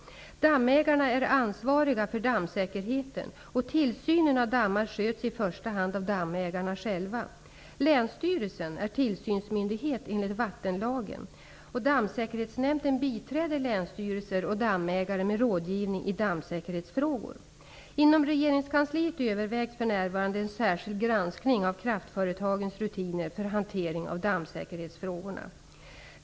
Dammägarna är ansvariga för dammsäkerheten, och tillsynen av dammar sköts i första hand av dammägarna själva. Länsstyrelsen är tillsynsmyndighet enligt vattenlagen. Dammsäkerhetsnämnden biträder länsstyrelser och dammägare med rådgivning i dammsäkerhetsfrågor. Inom regeringskansliet övervägs för närvarande en särskild granskning av kraftföretagens rutiner för hantering av dammsäkerhetsfrågorna.